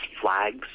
flags